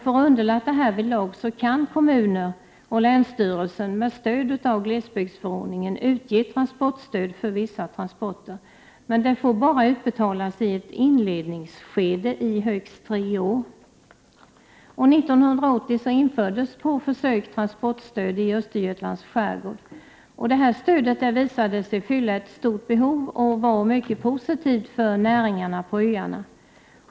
För att underlätta härvidlag kan kommuner och länsstyrelse med stöd av glesbygdsförordningen utge transportstöd för vissa transporter. Men det får bara utbetalas i ett ”inledningsskede” om högst tre år. År 1980 infördes på försök transportstöd i Östergötlands skärgård. Det här stödet visade sig fylla ett stort behov och vara mycket positivt för näringarna på öarna.